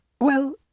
Well